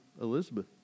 Elizabeth